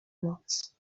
noc